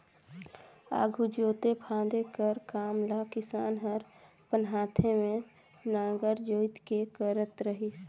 आघु जोते फादे कर काम ल किसान हर अपन हाथे मे नांगर जोएत के करत रहिस